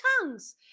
tongues